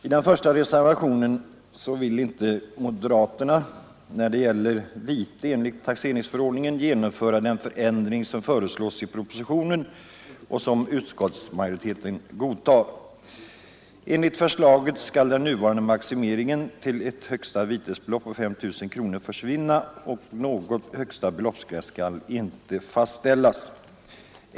I reservationen 1 om vite enligt taxeringsförordningen vill moderaterna inte genomföra den förändring som föreslås i propositionen och som utskottsmajoriteten har tillstyrkt. Enligt förslaget skall den nuvarande maximeringen till ett högsta vitesbelopp på 5 000 kronor försvinna, och någon högsta beloppgräns skall inte fastställas.